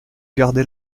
gardez